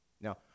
Now